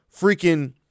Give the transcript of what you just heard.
freaking